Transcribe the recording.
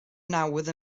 nawdd